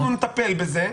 אנחנו נטפל בזה.